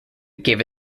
gave